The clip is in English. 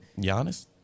Giannis